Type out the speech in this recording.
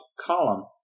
column